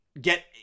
get